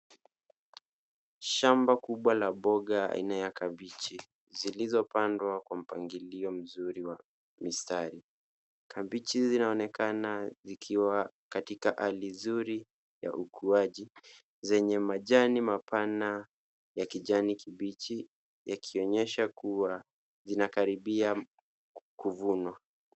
Shamba kubwa la mboga aina ya kabichi, zilizopandwa kwa mpangilio mzuri wa mistari. Kabichi zinaonekana zikiwa katika hali nzuri ya ukuaji, zenye majani mapana ya kijani kibichi, yakionyesha kuwa zinakaribia kuvunwa.